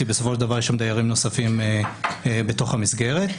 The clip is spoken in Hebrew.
כי בסופו של דבר יש שם דיירים נוספים בתוך המסגרת,